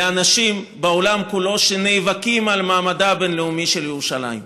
לאנשים בעולם כולו שנאבקים על מעמדה הבין-לאומי של ירושלים.